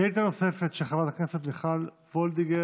שאילתה נוספת של חברת הכנסת מיכל וולדיגר,